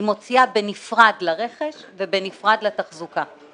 יוצא על ידי החשב הכללי לממשלה,